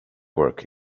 work